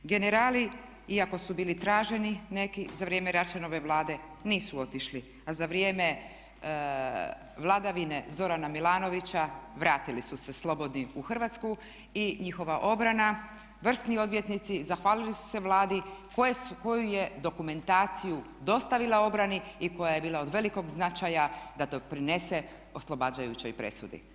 Generali iako su bili traženi neki za vrijeme Račanove Vlade nisu otišli, a za vrijeme vladavine Zorana Milanovića vratili su se slobodni u Hrvatsku i njihova obrana, vrsni odvjetnici zahvalili su se Vladi koju je dokumentaciju dostavila obrani i koja je bila od velikog značaja da doprinese oslobađajućoj presudi.